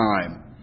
time